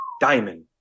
Diamond